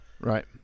Right